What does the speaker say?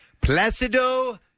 Placido